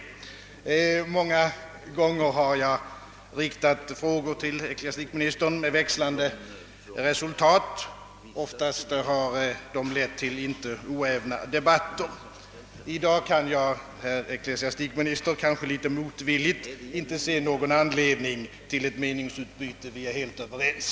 Jag har många gånger med växlande resultat riktat frågor till ecklesiastikministern. Ofta har de lett till icke oävna debatter. I dag kan jag, herr ecklesiastikminister, kanske litet motvilligt, inte se någon anledning till ett meningsutbyte. Vi är helt överens.